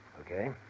Okay